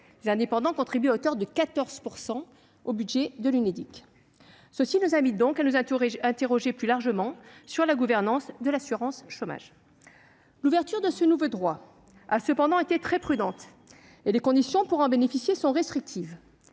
Les indépendants contribuent donc à hauteur de 14 % au budget de cet organisme. Cela doit nous inviter à nous interroger plus largement sur la gouvernance de l'assurance chômage. L'ouverture de ce nouveau droit a toutefois été très prudente et les conditions pour en bénéficier sont restrictives.